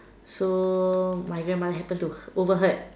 so my grandmother happen to overheard